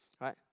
right